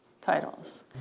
titles